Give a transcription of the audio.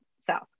South